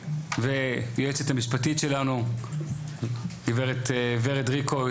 והיועצת המשפטית שלנו גברת ורד ריקו זילברמן,